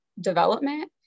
development